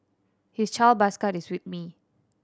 his child bus card is with me